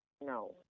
No